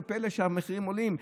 פלא שהמחירים עולים?